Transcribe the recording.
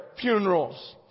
funerals